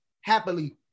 happily